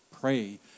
pray